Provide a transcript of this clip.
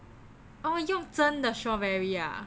oo 用真的 strawberry ah